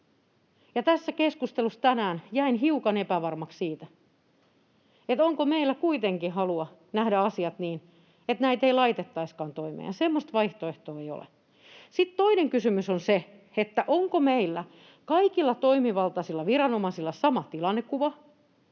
ja tässä keskustelussa tänään jäin hiukan epävarmaksi siitä, onko meillä kuitenkin halua nähdä asiat niin, että näitä ei laitettaisikaan toimeen, ja semmoista vaihtoehtoa ei ole. Sitten toinen kysymys on se, onko meidän kaikilla toimivaltaisilla viranomaisilla sama tilannekuva,